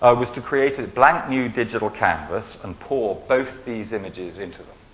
ah was to create a blank new digital canvas and pull both these images into it.